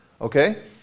Okay